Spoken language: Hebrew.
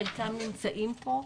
חלקם גם נמצאים פה.